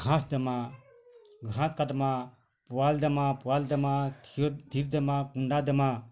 ଘାସ୍ ଦେମା ଘାସ୍ କାଟ୍ମା ପୁଆଲ୍ ଦେମା ପୁଆଲ୍ ଦେମା କ୍ଷୀର୍ ଦେମା କୁଣ୍ଡା ଦେମା